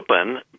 open